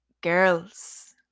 girls